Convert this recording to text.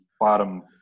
bottom